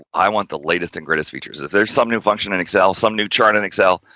i want the latest and greatest features. if there's some new function in excel, some new chart in excel,